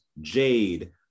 Jade